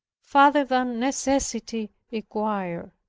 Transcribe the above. farther than necessity required.